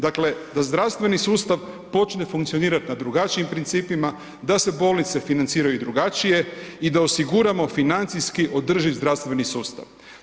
Dakle da zdravstveni sustav počne funkcionirat na drugačijim principima, da se bolnice financiraju drugačije i da osiguramo financijski održiv zdravstveni sustav.